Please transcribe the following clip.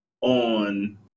on